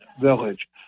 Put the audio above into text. village